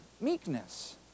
meekness